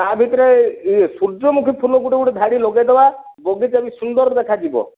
ତା ଭିତରେ ସୂର୍ଯ୍ୟମୁଖୀ ଫୁଲ ଗୋଟେ ଗୋଟେ ଧାଡ଼ି ଲଗେଇଦେବା ବଗିଚା ବି ସୁନ୍ଦର ଦେଖାଯିବ